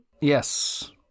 Yes